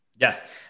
Yes